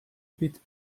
bit